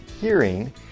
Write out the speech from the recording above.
hearing